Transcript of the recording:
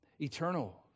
Eternal